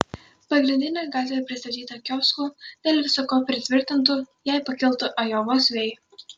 pagrindinė gatvė pristatyta kioskų dėl visa ko pritvirtintų jei pakiltų ajovos vėjai